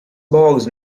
bogs